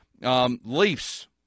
Leafs